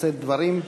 לשאת דברים.